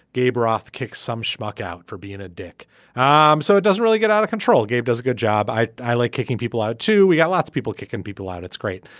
gabe roth kicked some schmuck out for being a dick um so it doesn't really get out of control. gabe does a good job. i i like kicking people out too. we got lots people kicking people out. it's great.